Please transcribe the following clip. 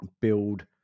build